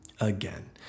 Again